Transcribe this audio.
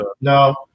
No